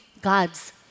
God's